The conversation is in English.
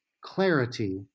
clarity